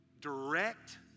direct